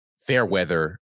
Fairweather